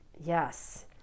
Yes